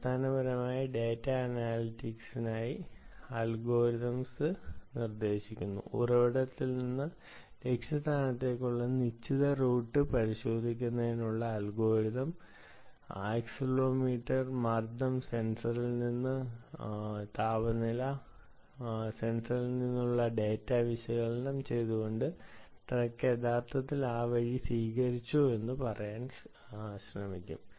അടിസ്ഥാനപരമായി ഡാറ്റാ അനലിറ്റിക്സിനായി അൽഗോരിതംസ് നിർദ്ദേശിക്കുന്നു ഉറവിടത്തിൽ നിന്ന് ലക്ഷ്യസ്ഥാനത്തേക്കുള്ള നിശ്ചിത റൂട്ട് പരിശോധിക്കുന്നതിനുള്ള അൽഗോരിതംസ് ആക്സിലറോമീറ്റർ മർദ്ദം സെൻസറിൽ നിന്നും താപനില സെൻസറിൽ നിന്നുമുള്ള ഡാറ്റ വിശകലനം ചെയ്തുകൊണ്ട് ട്രക്ക് യഥാർത്ഥത്തിൽ ആ വഴി സ്വീകരിച്ചോ പറയാൻ ശ്രേമിക്കും